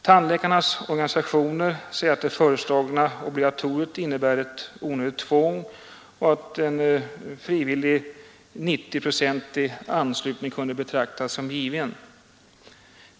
Tandläkarnas organisationer säger att det föreslagna obligatoriet innebär ett onödigt tvång och att en frivillig 90-procentig anslutning kunde betraktas som given.